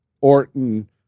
Orton